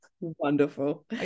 Wonderful